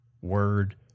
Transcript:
Word